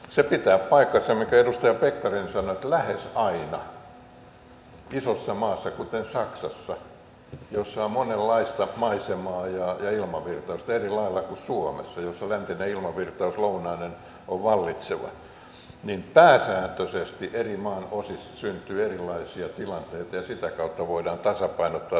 se pitää paikkansa mitä edustaja pekkarinen sanoi että isossa maassa kuten saksassa jossa on monenlaista maisemaa ja ilmavirtausta eri lailla kuin suomessa jossa läntinen ilmavirtaus lounainen on vallitseva pääsääntöisesti eri maanosissa syntyy erilaisia tilanteita ja sitä kautta voidaan tasapainottaa tätä energiantuotantoa mutta ei suomessa